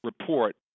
report